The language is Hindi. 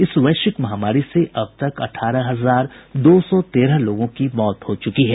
इस वैश्विक महामारी से अब तक अठारह हजार दो सौ तेरह लोगों की मौत हो चुकी है